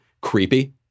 creepy